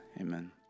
Amen